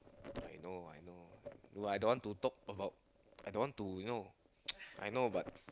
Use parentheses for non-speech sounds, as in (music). I know I know no I don't want to talk about I don't want to you know (noise) I know but